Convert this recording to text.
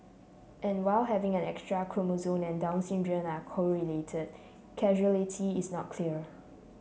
and while having an extra chromosome and Down syndrome are correlated causality is not clear